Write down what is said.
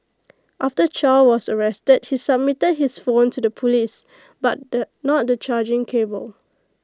after chow was arrested he submitted his phone to the Police but the not the charging cable